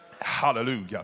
Hallelujah